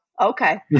Okay